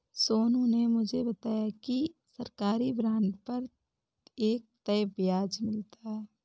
सोनू ने मुझे बताया कि सरकारी बॉन्ड पर एक तय ब्याज मिलता है